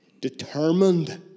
Determined